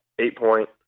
eight-point –